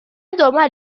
دنبال